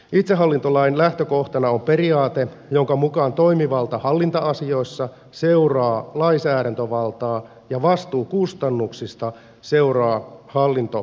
itsehallintolain lähtökohtana on periaate jonka mukaan toimivalta hallinta asioissa seuraa lainsäädäntövaltaa ja vastuu kustannuksista seuraa hallintovastuuta